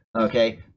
okay